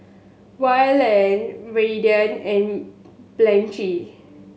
Wayland Raiden and Blanchie